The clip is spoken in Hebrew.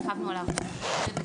הרחבנו עליו בדיונים,